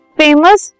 famous